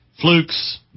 flukes